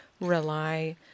rely